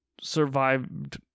survived